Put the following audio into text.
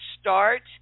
Start